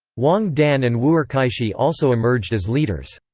wang dan and wu'erkaixi also emerged as leaders.